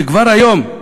וכבר היום,